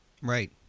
Right